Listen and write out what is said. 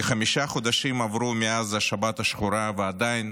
כחמישה חודשים עברו מאז השבת השחורה, ועדיין